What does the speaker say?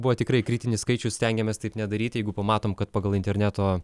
buvo tikrai kritinis skaičius stengiamės taip nedaryti jeigu pamatome kad pagal interneto